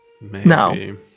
No